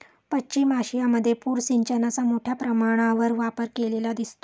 पश्चिम आशियामध्ये पूर सिंचनाचा मोठ्या प्रमाणावर वापर केलेला दिसतो